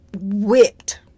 whipped